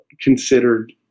considered